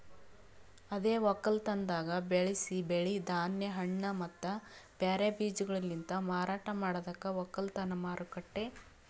ಅದೇ ಒಕ್ಕಲತನದಾಗ್ ಬೆಳಸಿ ಬೆಳಿ, ಧಾನ್ಯ, ಹಣ್ಣ ಮತ್ತ ಬ್ಯಾರೆ ಬೀಜಗೊಳಲಿಂತ್ ಮಾರಾಟ ಮಾಡದಕ್ ಒಕ್ಕಲತನ ಮಾರುಕಟ್ಟೆ